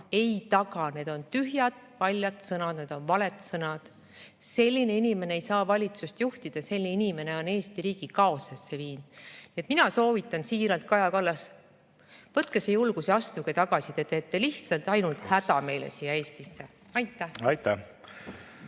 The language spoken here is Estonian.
Ei taga, need on tühjad, paljad sõnad, need on valed sõnad. Selline inimene ei saa valitsust juhtida. See inimene on Eesti riigi kaosesse viinud. Mina soovitan siiralt: Kaja Kallas, võtke julgus kokku ja astuge tagasi! Te toote lihtsalt ainult häda meile siin Eestis. Aitäh!